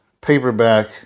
paperback